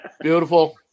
Beautiful